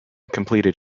competed